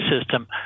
system